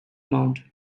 mound